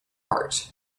heart